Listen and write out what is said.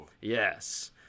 yes